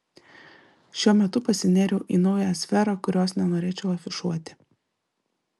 šiuo metu pasinėriau į naują sferą kurios nenorėčiau afišuoti